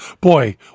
Boy